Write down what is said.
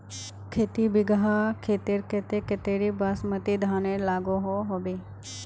खेती बिगहा खेतेर केते कतेरी बासमती धानेर लागोहो होबे?